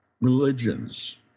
religions